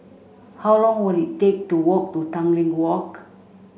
how long will it take to walk to Tanglin Walk